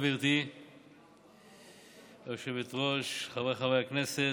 גברתי היושבת-ראש, חבריי חברי הכנסת,